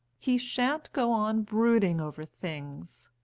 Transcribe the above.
he sha'n't go on brooding over things.